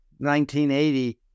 1980